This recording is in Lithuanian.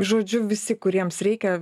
žodžiu visi kuriems reikia